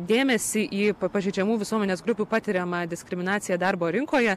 dėmesį į pa pažeidžiamų visuomenės grupių patiriamą diskriminaciją darbo rinkoje